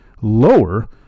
lower